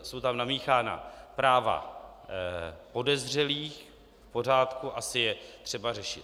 Jsou tam namíchána práva podezřelých v pořádku, asi je třeba řešit.